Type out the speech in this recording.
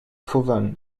fauvent